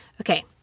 Okay